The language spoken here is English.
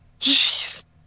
Jeez